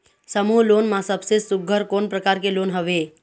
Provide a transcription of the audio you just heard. समूह लोन मा सबले सुघ्घर कोन प्रकार के लोन हवेए?